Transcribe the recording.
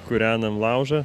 kūrenam laužą